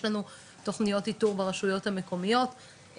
יש לנו תוכניות איתור ברשויות המקומיות,